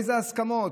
איזה הסכמות?